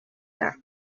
largo